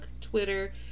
Twitter